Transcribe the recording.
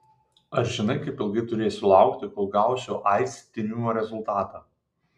ar žinai kaip ilgai turėsiu laukti kol gausiu aids tyrimo rezultatą